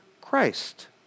Christ